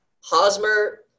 Hosmer